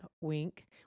wink